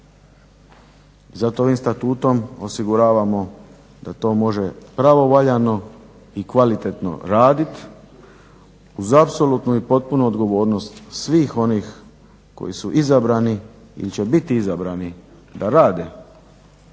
Zato ovim Statutom osiguravamo da to može pravovaljano i kvalitetno raditi uz apsolutnu i potpunu odgovornost svih onih koji su izabrani ili će biti izabrani da rade